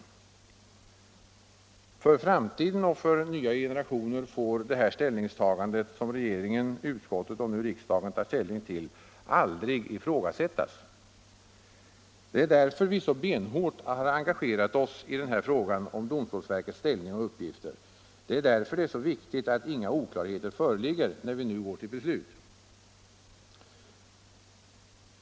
För framtiden och för nya generationer får detta ställningstagande, som regeringen, utskottet och nu riksdagen tar ställning till, aldrig ifrågasättas. Det är därför vi så benhårt har engagerat oss i den här frågan om domstolsverkets ställning och uppgifter. Det är därför det är så viktigt att inga oklarheter föreligger, när vi nu går till beslut.